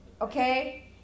Okay